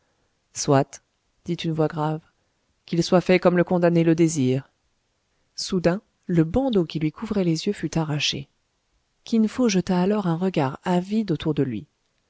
soit dit une voix grave qu'il soit fait comme le condamné le désire soudain le bandeau qui lui couvrait les yeux fut arraché kin fo jeta alors un regard avide autour de lui